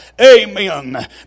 Amen